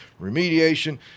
Remediation